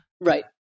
Right